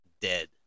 dead